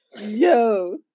yo